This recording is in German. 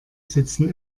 sitzen